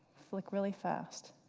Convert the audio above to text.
flick really fast.